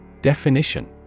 Definition